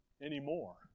anymore